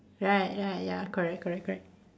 right right ya correct correct correct